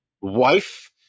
wife